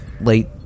late